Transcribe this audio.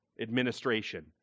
administration